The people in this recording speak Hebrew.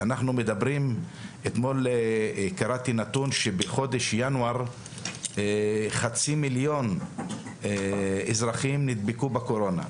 אתמול קראתי נתון שבחודש ינואר חצי מיליון אזרחים נדבקו בקורונה.